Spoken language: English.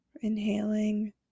Inhaling